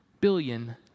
billion